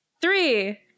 Three